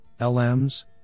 LMs